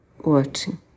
watching